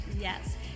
Yes